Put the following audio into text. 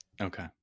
Okay